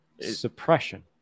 Suppression